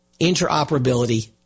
interoperability